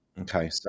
Okay